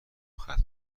ختم